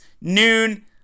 noon